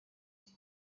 iki